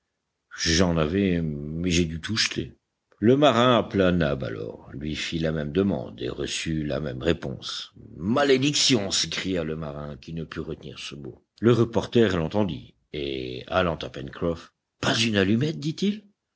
j'en avais mais j'ai dû tout jeter le marin appela nab alors lui fit la même demande et reçut la même réponse malédiction s'écria le marin qui ne put retenir ce mot le reporter l'entendit et allant à pencroff pas une allumette dit-il